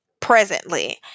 presently